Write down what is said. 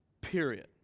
Period